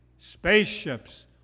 Spaceships